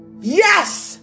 Yes